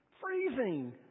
freezing